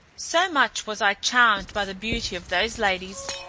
so much was i charmed by the beauty of those ladies,